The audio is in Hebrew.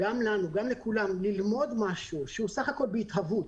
לנו לכולם ללמוד משהו שהוא בסך הכול בהתהוות,